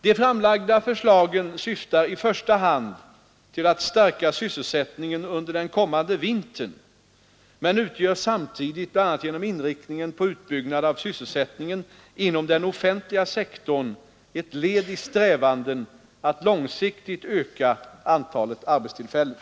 De framlagda förslagen syftar i första hand till att stärka sysselsättningen under den kommande vintern men utgör samtidigt, bl.a. genom inriktningen på utbyggnad av sysselsättningen inom den offentliga sektorn, ett led i strävandena att långsiktigt öka antalet arbetstillfällen.